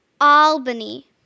Albany